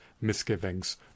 misgivings